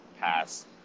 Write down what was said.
pass